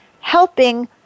helping